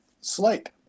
slate